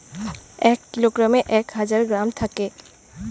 এক কিলোগ্রামে এক হাজার গ্রাম থাকে